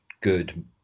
good